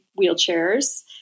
wheelchairs